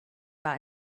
war